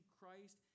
Christ